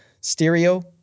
stereo